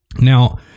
Now